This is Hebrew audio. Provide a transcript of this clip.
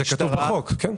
זה כתוב בחוק, כן.